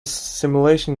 simulation